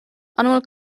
bhfuil